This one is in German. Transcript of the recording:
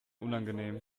unangenehm